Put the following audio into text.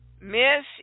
Miss